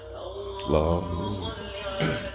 Love